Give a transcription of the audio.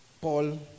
Paul